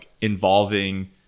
involving